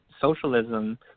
socialism